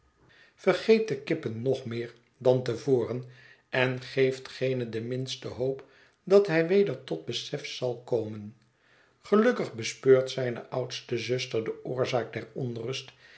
vergeet de kippen nog meer dan te voren en geeft geene de minste hoop dat hij weder tot besef zal komen gelukkig bespeurt zijne oudste zuster de oorzaak der onrust